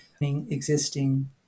existing